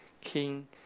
King